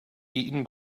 eaten